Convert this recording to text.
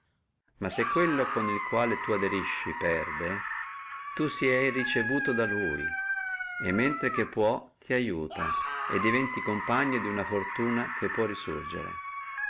ma se quello con il quale tu ti aderisci perde tu se ricevuto da lui e mentre che può ti aiuta e diventi compagno duna fortuna che può resurgere